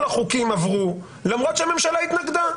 כל החוקים עברו למרות שהממשלה התנגדה,